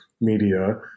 media